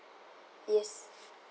yes